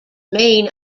main